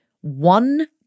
one